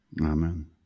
Amen